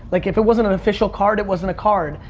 like, if it wasn't an official card, it wasn't a card,